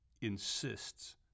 insists